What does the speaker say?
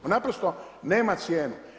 Naprosto nema cijene.